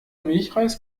milchreis